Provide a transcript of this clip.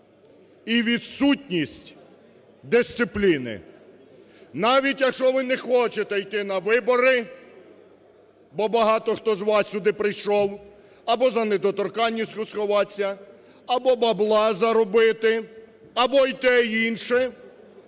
і відсутність дисципліни. Навіть якщо ви не хочете йти на вибори, бо багато хто з вас сюди прийшов або за недоторканністю сховатися, або бабла заробити, або і те,